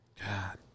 God